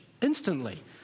instantly